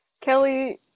Kelly